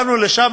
באנו לשם,